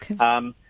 Okay